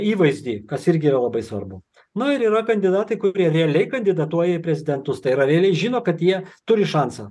įvaizdį kas irgi yra labai svarbu na ir yra kandidatai kurie realiai kandidatuoja į prezidentus tai yra realiai žino kad jie turi šansą